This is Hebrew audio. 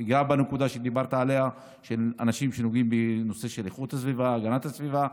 ואגע בנקודה שהעלית בנוגע לאנשים שנוגעים לנושא של הגנת הסביבה.